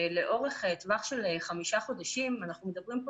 לאורך טווח של חמישה חודשים אנחנו מדברים פה